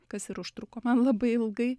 kas ir užtruko man labai ilgai